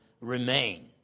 remain